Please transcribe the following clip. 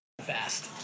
fast